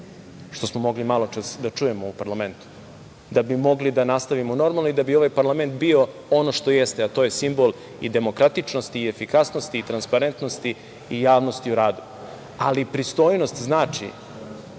što smo mogli maločas da čujemo u parlamentu, da bi mogli da nastavimo normalno i da bi ovaj parlament bio ono što jeste, a to je simbol i demokratičnosti, i efikasnosti, i transparentnosti, i javnosti o radu. Ali, pristojnost znači